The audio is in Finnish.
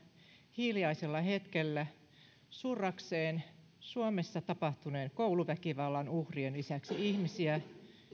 hiljaisella hetkellä surrakseen suomessa tapahtuneen kouluväkivallan uhrien lisäksi ihmisiä